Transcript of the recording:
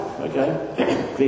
okay